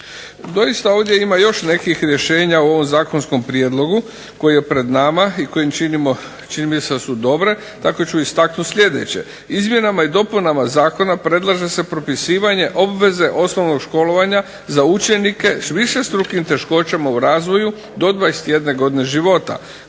Doista, ovdje ima još nekih rješenja u ovom zakonskom prijedlogu koji je pred nama i koja čini mi se da su dobra. Tako ću istaknut sljedeće. Izmjenama i dopunama zakona predlaže se propisivanje obveze osnovnog školovanja za učenike s višestrukim teškoćama u razvoju do 21 godine života,